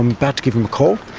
i'm about to give him a call,